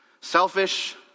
selfish